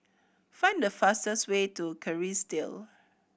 find the fastest way to Kerrisdale